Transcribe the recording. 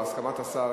או הסכמת השר,